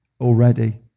already